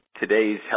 today's